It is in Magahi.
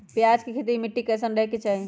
प्याज के खेती मे मिट्टी कैसन रहे के चाही?